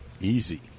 easy